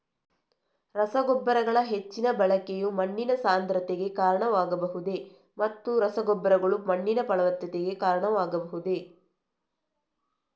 ರಸಗೊಬ್ಬರಗಳ ಹೆಚ್ಚಿನ ಬಳಕೆಯು ಮಣ್ಣಿನ ಸಾಂದ್ರತೆಗೆ ಕಾರಣವಾಗಬಹುದೇ ಮತ್ತು ರಸಗೊಬ್ಬರಗಳು ಮಣ್ಣಿನ ಫಲವತ್ತತೆಗೆ ಕಾರಣವಾಗಬಹುದೇ?